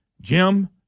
Jim